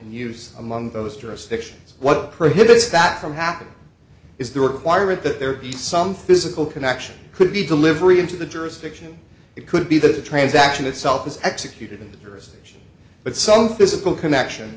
and use among those jurisdictions what prohibits that from happening is the requirement that there be some physical connection could be delivery into the jurisdiction it could be that the transaction itself is executed in degree but some physical connection